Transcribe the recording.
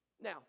Now